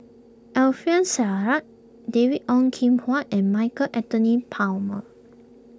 Alfian Sa'At David Ong Kim Huat and Michael Anthony Palmer